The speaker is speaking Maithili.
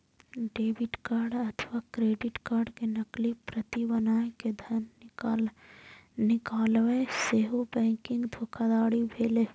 डेबिट कार्ड अथवा क्रेडिट कार्ड के नकली प्रति बनाय कें धन निकालब सेहो बैंकिंग धोखाधड़ी भेलै